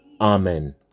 Amen